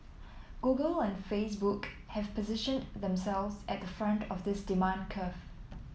google and Facebook have positioned themselves at the front of this demand curve